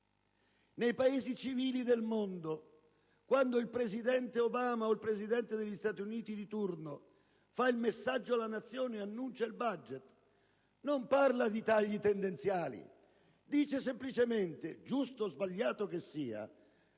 Nei Paesi civili del mondo, quando il presidente Obama, o il Presidente degli Stati Uniti di turno, fa il messaggio alla Nazione e annuncia il *budget*, non parla di tagli tendenziali, ma dice semplicemente - giusto o sbagliato che sia